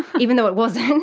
even though it wasn't. and